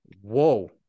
whoa